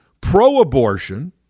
pro-abortion